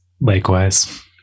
Likewise